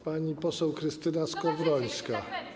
Pani poseł Krystyna Skowrońska.